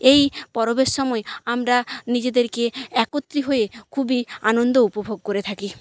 এই পরবের সময় আমরা নিজেদেরকে একত্রিত হয়ে খুবই আনন্দ উপভোগ করে থাকি